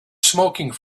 smoking